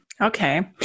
Okay